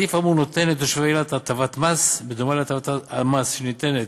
הסעיף האמור נותן לתושבי אילת הטבת מס בדומה להטבת המס שניתנת